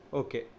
okay